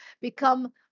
become